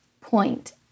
point